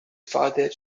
father